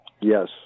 Yes